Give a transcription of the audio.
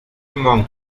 monk